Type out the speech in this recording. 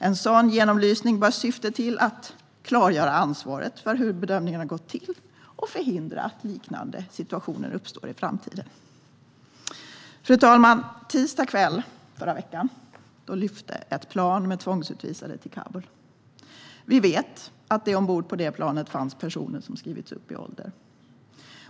En sådan genomlysning bör syfta till att klargöra ansvaret för hur bedömningarna gått till och förhindra att liknande situationer uppstår i framtiden. På tisdagskvällen i förra veckan lyfte ett plan med tvångsutvisade till Kabul. Vi vet att det ombord på planet fanns personer som skrivits upp i ålder.